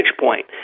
point